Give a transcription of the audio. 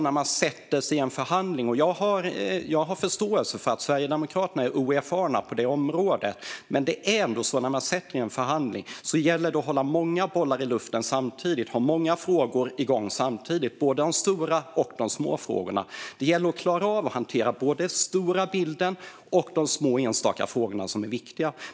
När man sätter sig i en förhandling - jag har förståelse för att Sverigedemokraterna är oerfarna på detta område - gäller det att hålla många bollar i luften samtidigt och ha många frågor igång samtidigt, både de stora och de små frågorna. Det gäller att klara av att hantera både den stora bilden och de små, enstaka frågorna som är viktiga.